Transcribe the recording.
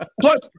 Plus